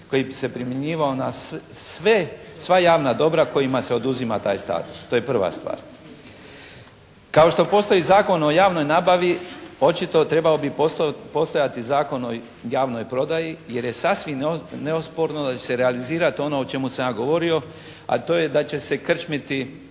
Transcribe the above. koji bi se primjenjivao na sve, sva javna dobra kojima se oduzima taj status. To je prva stvar. Kao što postoji Zakon o javnoj nabavi, očito trebao bi postojati Zakon o javnoj prodaji jer je sasvim neosporno da će se realizirati ono o čemu sam ja govorio, a to je da će se krčmiti